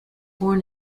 born